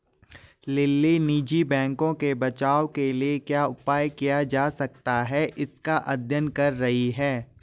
lily निजी बैंकों के बचाव के लिए क्या उपाय किया जा सकता है इसका अध्ययन कर रही है